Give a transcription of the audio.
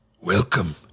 Welcome